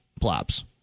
plops